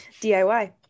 DIY